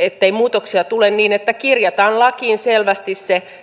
ettei muutoksia tule että kirjataan lakiin selvästi